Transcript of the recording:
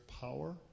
power